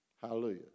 Hallelujah